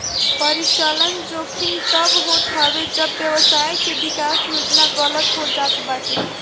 परिचलन जोखिम तब होत हवे जब व्यवसाय के विकास योजना गलत हो जात बाटे